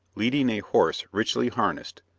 leading a horse richly harnessed,